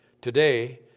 Today